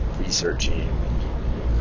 Researching